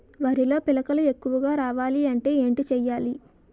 వరిలో పిలకలు ఎక్కువుగా రావాలి అంటే ఏంటి చేయాలి?